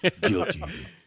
guilty